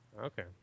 Okay